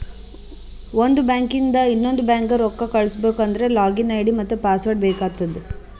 ಒಂದ್ ಬ್ಯಾಂಕ್ಲಿಂದ್ ಇನ್ನೊಂದು ಬ್ಯಾಂಕ್ಗ ರೊಕ್ಕಾ ಕಳುಸ್ಬೇಕ್ ಅಂದ್ರ ಲಾಗಿನ್ ಐ.ಡಿ ಮತ್ತ ಪಾಸ್ವರ್ಡ್ ಬೇಕ್ ಆತ್ತುದ್